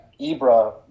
Ibra